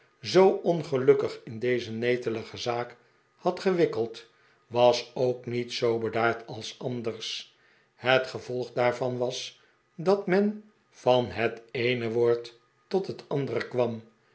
zoo ongelukkig in deze netelige zaak had gewikkeld was ook niet zoo bedaard als anders het gevolg daarvan was dat men van het eene woord tot het andere kwam